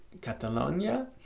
catalonia